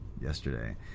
yesterday